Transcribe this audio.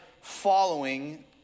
following